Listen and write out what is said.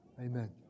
Amen